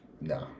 nah